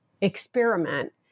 experiment